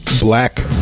Black